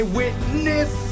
witness